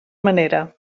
manera